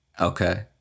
Okay